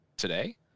Today